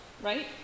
Right